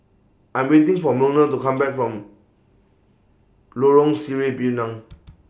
I'm waiting For Wilmer to Come Back from Lorong Sireh Pinang